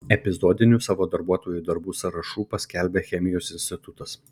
epizodinių savo darbuotojų darbų sąrašų paskelbė chemijos institutas